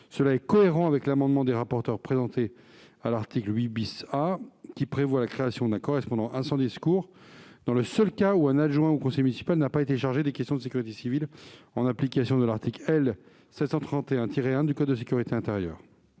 Cela est cohérent avec l'amendement n° 154 que nous présenterons à l'article 8 A et qui vise à prévoir la création d'un correspondant incendie et secours dans le seul cas où aucun adjoint ou conseiller municipal n'a été chargé des questions de sécurité civile en application de l'article L. 731-1 du code de la sécurité intérieure.